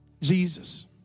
Jesus